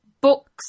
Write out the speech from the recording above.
books